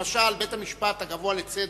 למשל, בית-המשפט הגבוה לצדק,